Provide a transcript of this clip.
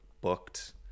booked